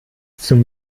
zum